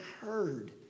heard